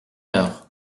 heure